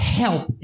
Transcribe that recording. help